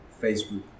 Facebook